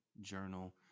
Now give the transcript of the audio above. journal